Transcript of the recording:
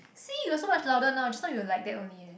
see you're so much louder now just now you're like that only eh